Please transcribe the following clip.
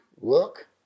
look